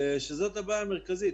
שזאת הבעיה המרכזית.